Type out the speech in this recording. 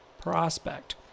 prospect